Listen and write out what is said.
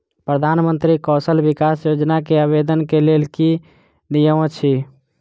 प्रधानमंत्री कौशल विकास योजना केँ आवेदन केँ लेल की नियम अछि?